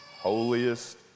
holiest